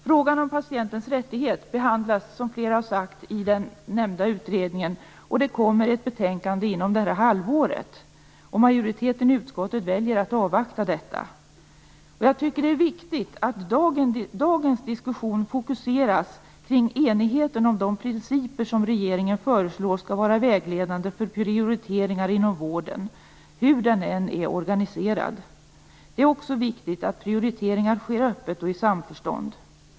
Frågan om patientens rättigheter behandlas, som flera har sagt, i den nämnda utredningen, och det kommer ett betänkande inom det närmaste halvåret. Majoriteten i utskottet väljer att avvakta detta. Jag tycker att det är viktigt att dagens diskussion fokuseras på enigheten om de principer som regeringen föreslår skall vara vägledande för prioriteringar inom vården, hur den än är organiserad. Det är också viktigt att prioriteringar sker öppet och i samförstånd.